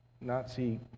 Nazi